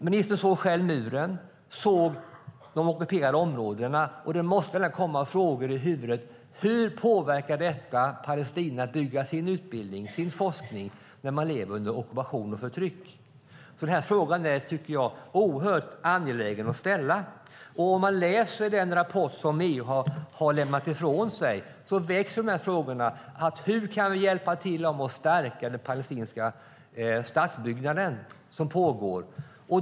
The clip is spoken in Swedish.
Ministern såg själv muren och de ockuperade områdena, och då måste frågan ha kommit upp i huvudet: Hur påverkar det Palestina att bygga sin utbildning och sin forskning när man lever under ockupation och förtryck? Den frågan är oerhört angelägen att ställa. Om man läser den rapport som EU har lämnat väcks frågan: Hur kan vi hjälpa till att stärka den palestinska statsbyggnad som pågår?